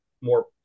more